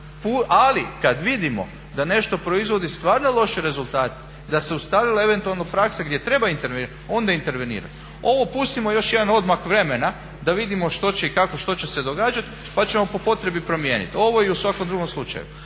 ali kad vidimo da nešto proizvodi stvarno loše rezultate, da se ustalila eventualna praksa gdje treba intervenirati onda interveniramo. Ovo pustimo još jedan odmak vremena da vidimo što će se događati pa ćemo po potrebi promijeniti ovo i u svakom drugom slučaju.